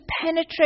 penetrate